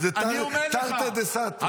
זה תרתי דסתרי.